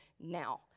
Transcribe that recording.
now